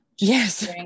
yes